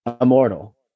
immortal